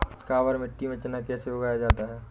काबर मिट्टी में चना कैसे उगाया जाता है?